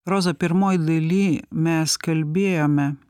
roza pirmoj daly mes kalbėjome